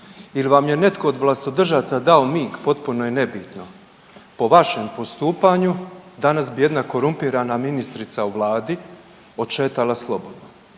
ili vam je netko oda vlastodržaca dao mig potpuno je nebitno, po vašem postupanju danas bi jedna korumpirana ministrica u Vladi odšetala slobodno.